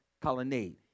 colonnade